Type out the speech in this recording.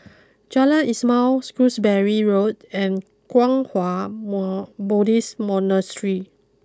Jalan Ismail Shrewsbury Road and Kwang Hua more Buddhist Monastery